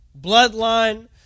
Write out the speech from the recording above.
Bloodline